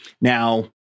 now